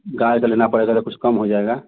गाय का लेना पड़ेगा तो कुछ कम हो जाएगा